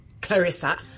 Clarissa